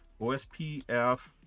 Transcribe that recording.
OSPF